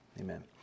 Amen